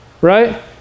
right